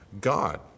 God